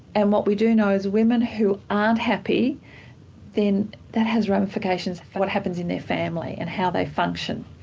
and what we do know is that women who aren't happy then that has ramifications for what happens in their family and how they function.